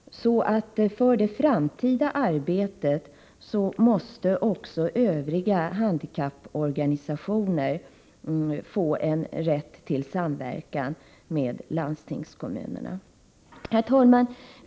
I det framtida arbetet måste också övriga handikapporganisationer få rätt till samverkan med landstingskommunerna. Herr talman!